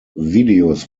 videos